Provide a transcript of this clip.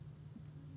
האמור .